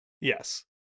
yes